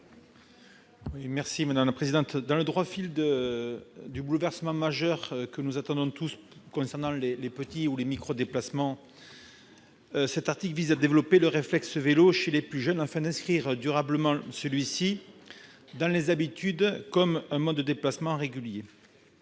n° 43 rectifié . Dans le droit fil du bouleversement majeur que nous attendons tous concernant les petits et les micro-déplacements, cet amendement vise à développer le réflexe vélo chez les plus jeunes, afin d'inscrire durablement le vélo dans les habitudes, comme un mode de déplacement régulier,